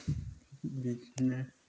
बिदिनो